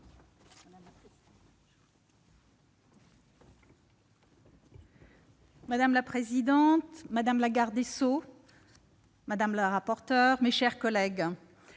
Madame la présidente, madame la garde des sceaux, madame le rapporteur, mes chers collègues,